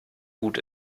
gut